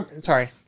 Sorry